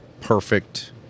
perfect